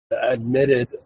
Admitted